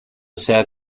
sea